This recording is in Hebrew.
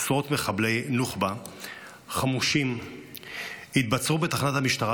עשרות מחבלי נוח'בה חמושים התבצרו בתחנת המשטרה